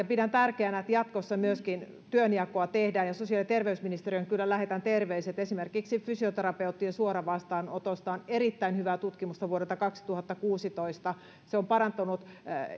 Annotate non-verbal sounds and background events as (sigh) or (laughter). (unintelligible) pidän tärkeänä että myöskin jatkossa työnjakoa tehdään ja sosiaali ja terveysministeriöön kyllä lähetän terveiset esimerkiksi fysioterapeuttien suoravastaanotosta on erittäin hyvää tutkimusta vuodelta kaksituhattakuusitoista se on parantanut